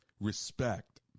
respect